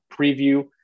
preview